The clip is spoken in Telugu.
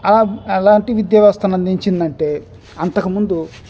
అలాంటి విద్యా వ్యవస్థని అందించింది అంటే అంతకముందు